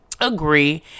agree